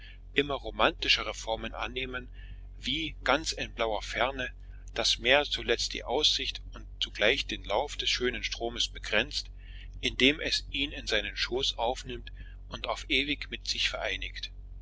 immer romantischere formen annehmen wie ganz in blauer ferne das meer zuletzt die aussicht und zugleich den lauf des schönen stroms begrenzt indem es ihn in seinen schoß aufnimmt und auf ewig mit sich vereinigt